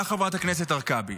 תודה, חברת הכנסת הרכבי.